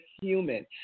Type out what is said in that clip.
human